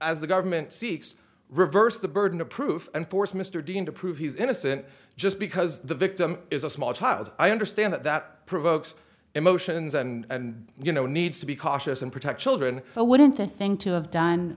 as the government seeks reverse the burden of proof and force mr dean to prove he's innocent just because the victim is a small child i understand that that provokes emotions and you know needs to be cautious and protect children but wouldn't the thing to have done